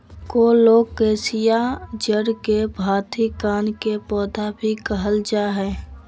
colocasia जड़ के हाथी कान के पौधा भी कहल जा हई